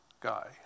guy